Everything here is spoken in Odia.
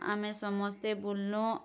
ଆମେ ସମସ୍ତେ ବୁଲ୍ଲୁଁ